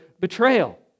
betrayal